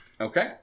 Okay